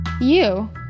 You